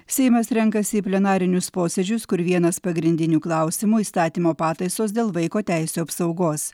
seimas renkasi į plenarinius posėdžius kur vienas pagrindinių klausimų įstatymo pataisos dėl vaiko teisių apsaugos